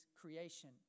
creation